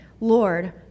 Lord